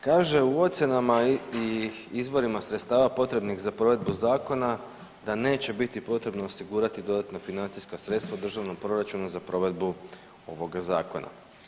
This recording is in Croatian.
Kaže u ocjenama i izvorima sredstava potrebnih za provedbu zakona da neće biti potrebno osigurati dodatna financijska sredstva državnog proračuna za provedbu ovoga zakona.